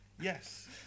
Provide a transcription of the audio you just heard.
Yes